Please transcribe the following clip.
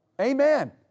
Amen